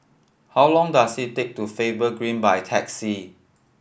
how long does it take to Faber Green by taxi